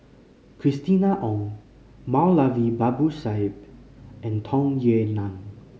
Christina Ong Moulavi Babu Sahib and Tung Yue Nang